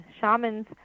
Shamans